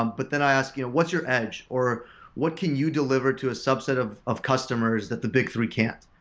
um but then i ask, you know what's your edge? or what can you deliver to a subset of of customers that the big three can't?